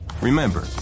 Remember